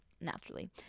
naturally